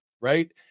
right